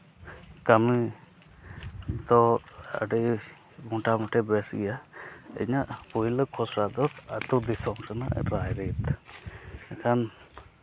ᱠᱟᱹᱢᱤ ᱫᱚ ᱟᱹᱰᱤ ᱢᱳᱴᱟᱢᱩᱴᱤ ᱵᱮᱥ ᱜᱮᱭᱟ ᱤᱧᱟᱹᱜ ᱯᱳᱭᱞᱳ ᱠᱷᱚᱥᱲᱟ ᱫᱚ ᱟᱛᱳ ᱫᱤᱥᱚᱢ ᱠᱟᱱᱟ ᱨᱟᱭᱨᱤᱛ ᱮᱱᱠᱷᱟᱱ